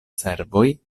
servoj